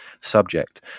subject